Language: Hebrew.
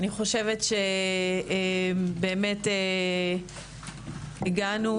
אני חושבת שבאמת, הגענו